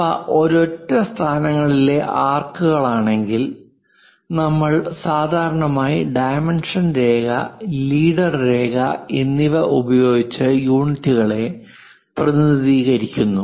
അവ ഒരൊറ്റ സ്ഥാനങ്ങളിലെ ആർക്കുകളാണെങ്കിൽ നമ്മൾ സാധാരണയായി ഡൈമെൻഷൻ രേഖ ലീഡർ രേഖ എന്നിവ ഉപയോഗിച്ച് യൂണിറ്റുകളെ പ്രതിനിധീകരിക്കുന്നു